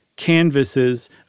Canvases